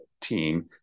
team